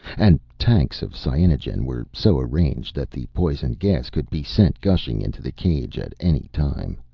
and tanks of cyanogen were so arranged that the poison gas could be sent gushing into the cage at any time.